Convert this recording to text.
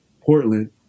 Portland